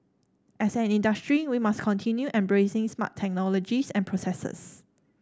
as an industry we must continue embracing smart technologies and processes